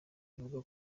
avuga